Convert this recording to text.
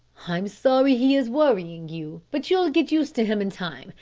i'm sorry he is worrying you, but you'll get used to him in time,